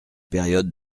période